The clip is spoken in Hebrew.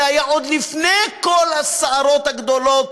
זה היה עוד לפני כל הסערות הגדולות,